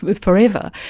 but forever.